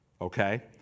Okay